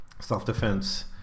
self-defense